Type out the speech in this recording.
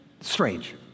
strange